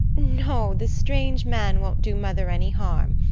no, the strange man won't do mother any harm.